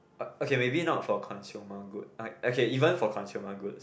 okay maybe not for consumer goods okay maybe even for consumer goods